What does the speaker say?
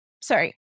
Sorry